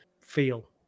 feel